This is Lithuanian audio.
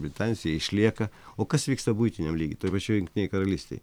britanijos jie išlieka o kas vyksta buitiniam lygy toj pačioj jungtinėj karalystėj